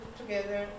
together